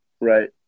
Right